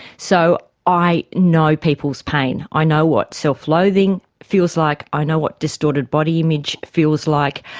so i know people's pain, i know what self-loathing feels like, i know what distorted body image feels like,